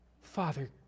Father